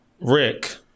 Rick